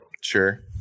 Sure